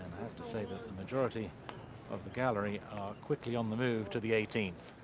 to say the the majority of the gallery quickly on the move to the eighteenth.